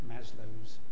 Maslow's